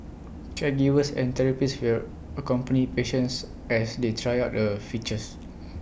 caregivers and therapists will accompany patients as they try out the features